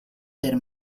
per